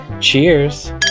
Cheers